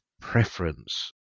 preference